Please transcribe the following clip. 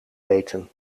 eten